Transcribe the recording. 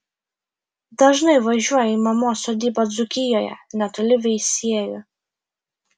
dažnai važiuoja į mamos sodybą dzūkijoje netoli veisiejų